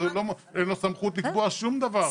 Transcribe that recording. אבל אין לו סמכות לקבוע שום דבר.